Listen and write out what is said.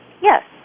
Yes